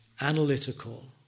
analytical